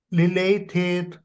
related